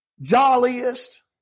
jolliest